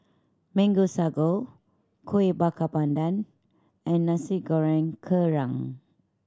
Mango Sago Kueh Bakar Pandan and Nasi Goreng Kerang